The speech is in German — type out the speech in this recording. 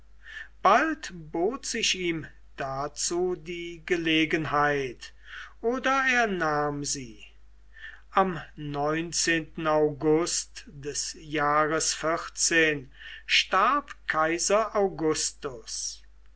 bald bot sich ihm dazu die gelegenheit oder er nahm sie am august des jahres starb kaiser augustus